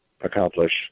accomplish